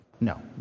No